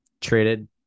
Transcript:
traded